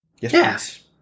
Yes